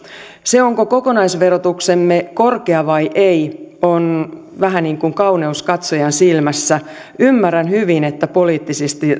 se onko kokonaisverotuksemme korkea vai ei on vähän niin kuin kauneus katsojan silmissä ymmärrän hyvin että poliittisista